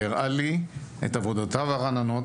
הוא הראה לי את עבודותיו הרעננות,